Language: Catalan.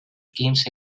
quinze